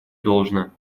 должно